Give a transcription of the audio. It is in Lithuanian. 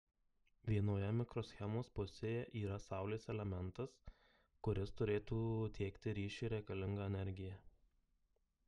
vienoje mikroschemos pusėje yra saulės elementas kuris turėtų tiekti ryšiui reikalingą energiją